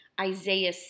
Isaiah